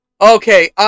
Okay